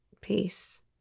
Peace